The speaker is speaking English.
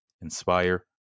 inspire